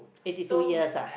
eighty two years ah